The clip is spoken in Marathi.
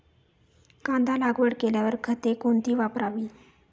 कांदा लागवड केल्यावर खते कोणती वापरावी?